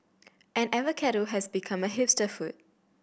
and avocado has become a hipster food